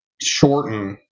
shorten